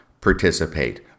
participate